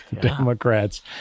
Democrats